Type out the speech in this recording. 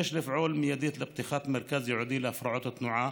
יש לפעול מיידית לפתיחת מרכז ייעודי להפרעות התנועה